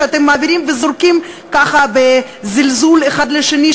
שאתם מעבירים וזורקים ככה בזלזול מהאחד לשני,